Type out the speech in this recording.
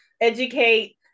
Educate